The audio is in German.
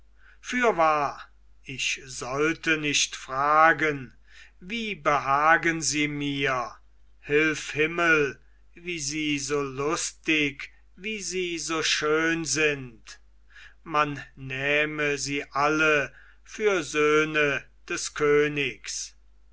fürwahr ich sollte nicht fragen wie behagen sie mir hilf himmel wie sie so lustig wie sie so schön sind man nähme sie alle für söhne des königs